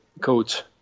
coach